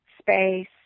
space